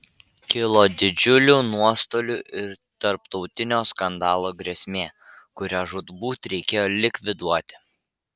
kilo didžiulių nuostolių ir tarptautinio skandalo grėsmė kurią žūtbūt reikėjo likviduoti